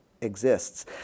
exists